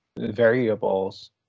variables